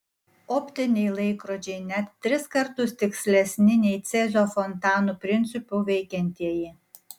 optiniai laikrodžiai net tris kartus tikslesni nei cezio fontanų principu veikiantieji